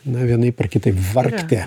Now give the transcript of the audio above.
na vienaip ar kitaip vargti